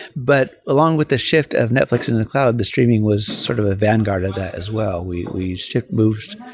but along with the shift of netflix into the cloud, the streaming was sort of a vanguard of that as well. we we shift boost.